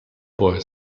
boy